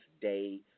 day